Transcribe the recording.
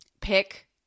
pick